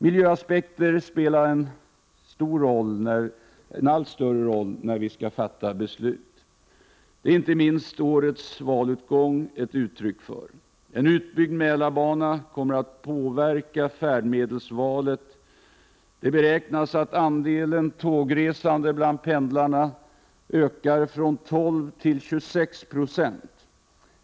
Miljöaspekter spelar en allt större roll när vi skall fatta beslut. Det är inte minst årets valutgång ett uttryck för. En utbyggd Mälarbana kommer att påverka färdmedelsvalet. Det beräknas att andelen tågresande bland pendlarna ökar från 12 9 till 26 26.